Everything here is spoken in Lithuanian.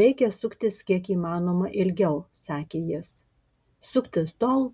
reikia suktis kiek įmanoma ilgiau sakė jis suktis tol